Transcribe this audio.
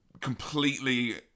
completely